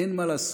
אין מה לעשות,